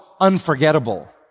unforgettable